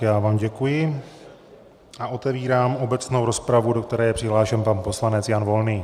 Já vám děkuji a otevírám obecnou rozpravu, do které je přihlášen pan poslanec Jan Volný.